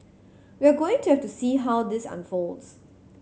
we're going to have to see how this unfolds